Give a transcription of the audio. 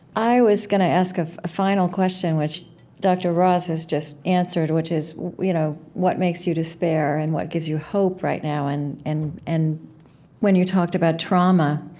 i was gonna ask a final question, which dr. ross has just answered, which is you know what makes you despair, and what gives you hope right now? and and and when you talked about trauma,